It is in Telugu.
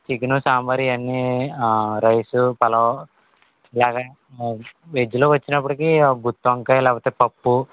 చికెను సాంబార్ ఇవన్నీ రైసు పలావ్ ఇలాగా మోమోస్ వెజ్లో వచ్చినప్పుటికి గుత్తి వంకాయ లేకపోతే పప్పు